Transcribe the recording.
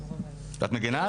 לא הבנתי.